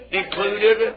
included